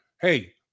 Hey